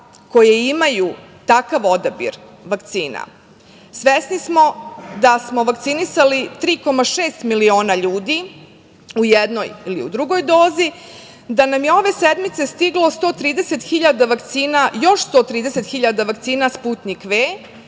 koje imaju takav odabir vakcina. Svesni smo da smo vakcinisali 3,6 miliona ljudi u jednoj ili u drugoj dozi, da nam je ove sedmice stiglo još 130.000 vakcina "Sputnjik V",